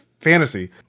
fantasy